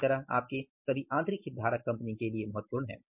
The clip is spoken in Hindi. इसी तरह आपके सभी आंतरिक हितधारक कंपनी के लिए महत्वपूर्ण हैं